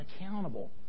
accountable